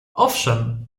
owszem